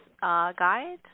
guide